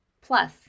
Plus